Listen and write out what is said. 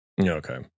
Okay